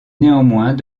néanmoins